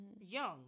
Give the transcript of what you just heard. young